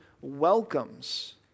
welcomes